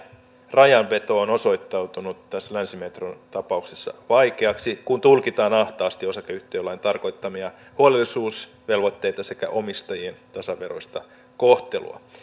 rajanveto on osoittautunut tässä länsimetron tapauksessa vaikeaksi kun tulkitaan ahtaasti osakeyhtiölain tarkoittamia huolellisuusvelvoitteita sekä omistajien tasaveroista kohtelua